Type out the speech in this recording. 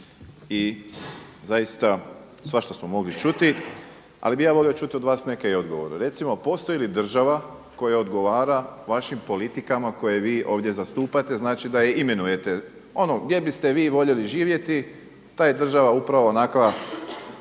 i zaista svašta smo mogli čuti. Ali bi ja volio čuti od vas neke i odgovore. Recimo, postoji li država koja odgovara vašim politikama koje vi ovdje zastupate, znači da ju imenujete? Ono, gdje biste vi voljeli živjeti ta je država upravo onakva,